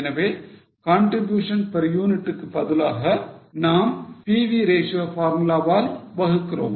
எனவே contribution per unit க்கு பதிலாக நாம் PV ratio formula வால் வகுகிறோம்